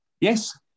Yes